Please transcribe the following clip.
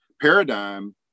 paradigm